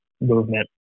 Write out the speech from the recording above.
movement